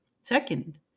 Second